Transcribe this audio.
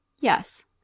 Yes